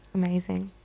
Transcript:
Amazing